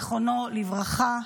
זכרו לברכה,